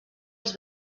als